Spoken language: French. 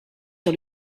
sur